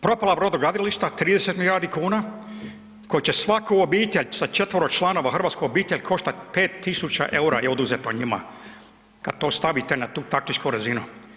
Propala brodogradilišta, 30 milijardi kuna, koji će svaku obitelj sa 4 članova, hrvatsku obitelj koštati 5 tisuća eura je oduzeto njima kad to stavite na tu taktičku razinu.